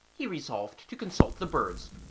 he resolved to consult the birds,